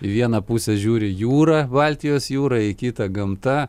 į vieną pusę žiūri jūra baltijos jūra į kitą gamta